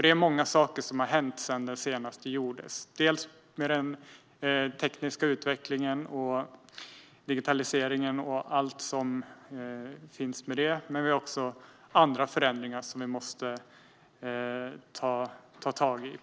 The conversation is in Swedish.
Det är mycket som har hänt sedan den senaste gjordes, dels den tekniska utvecklingen, digitaliseringen och allt som hänger samman med den, dels andra förändringar som vi måste ta tag i.